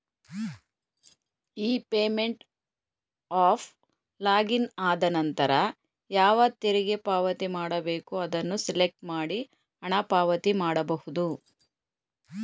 E payment app login ಆದನಂತರ ಯಾವ ತೆರಿಗೆ ಪಾವತಿ ಮಾಡಬೇಕು ಅದನ್ನು ಸೆಲೆಕ್ಟ್ ಮಾಡಿ ಹಣ ಪಾವತಿ ಮಾಡಬಹುದು